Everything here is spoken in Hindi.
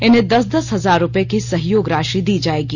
इन्हें दस दस हजार रूपये की सहयोग राशि दी जाएगी